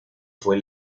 fue